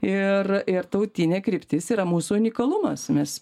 ir ir tautinė kryptis yra mūsų unikalumas mes